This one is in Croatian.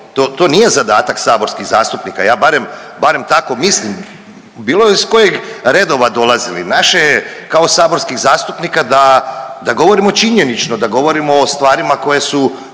to nije zadatak saborskih zastupnika, ja barem, barem tako mislim, bilo iz kojeg redova dolazili. Naše kao saborskih zastupnika da govorimo činjenično, da govorimo o stvarima koje su